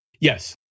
Yes